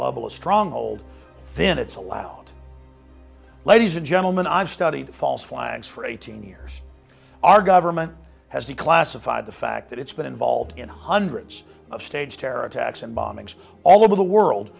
globalist stronghold then it's allowed ladies and gentlemen i've studied false flags for eighteen years our government has declassified the fact that it's been involved in hundreds of staged terror attacks and bombings all over the world